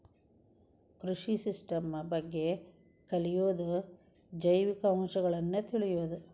ಕೃಷಿ ಸಿಸ್ಟಮ್ ಬಗ್ಗೆ ಕಲಿಯುದು ಜೈವಿಕ ಅಂಶಗಳನ್ನ ತಿಳಿಯುದು